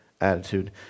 attitude